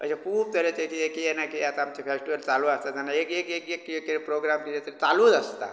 अशें खूब तरेचे कितें कितें ना कितें आतां आमचें फेस्टीवल चालू आस् नाल्या एक एक एक एक किए किए प्रोग्राम किए तरी चालूच आसता